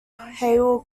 hail